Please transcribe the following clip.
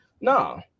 No